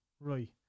Right